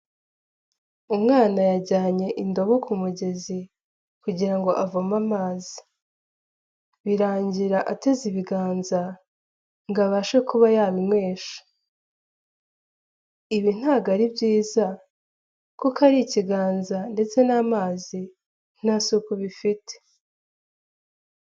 Umwana yajyanye indobo ku mugezi kugira ngo avome amazi, birangira ateze ibiganza ngo abashe kuba yabinywesha. Ibi ntago ari byiza kuko ari ikiganza ndetse n'amazi nta suku bifite.